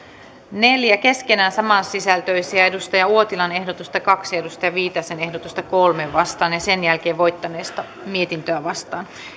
neljään keskenään saman sisältöisiä ehdotusta kaksi ja ehdotusta kolmeen vastaan ja sitten voittaneesta mietintöä vastaan